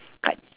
dekat